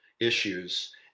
issues